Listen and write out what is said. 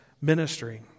ministry